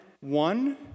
one